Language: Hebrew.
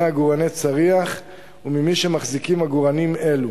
עגורני צריח וממי שמחזיקים עגורנים אלו,